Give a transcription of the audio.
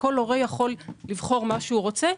וכל הורה יכול לבחור מה שהוא רוצה,